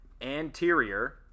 anterior